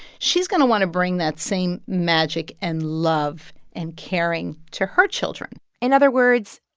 she's going to want to bring that same magic and love and caring to her children in other words,